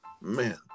man